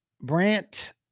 Brant